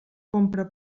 compra